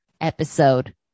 episode